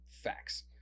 facts